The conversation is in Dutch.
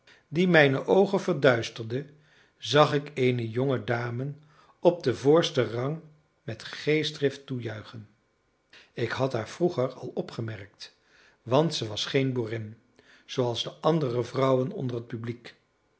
die mijne oogen verduisterde zag ik eene jonge dame op den voorsten rang met geestdrift toejuichen ik had haar vroeger al opgemerkt want ze was geen boerin zooals de andere vrouwen onder het publiek